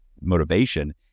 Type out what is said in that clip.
motivation